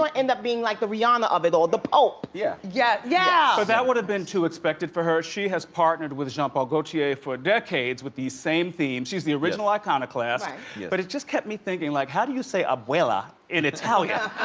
like end up being like the rihanna of it all the pole yeah yeah yeah but that would have been too expected for her she has partnered with jean paul gaultier for decades with these same themes she's the original iconic lass but it just kept me thinking like how do you say abuela in italia.